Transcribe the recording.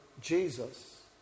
Jesus